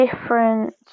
different